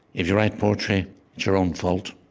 if you write poetry, it's your own fault.